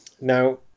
now